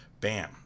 bam